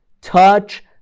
touch